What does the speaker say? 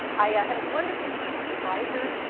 i had a wonderful ph d. adviser.